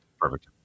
Perfect